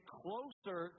closer